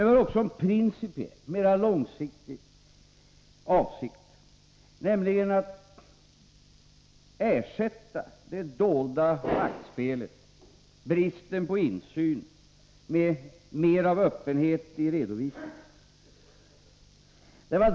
Vi har också en principiell, mera långsiktig avsikt, nämligen att ersätta det dolda maktspelet och bristen på insyn med mera öppenhet i redovisningen.